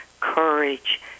courage